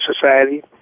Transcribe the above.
society